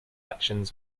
actions